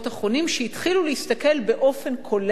האחרונים הוא שהתחילו להסתכל באופן כולל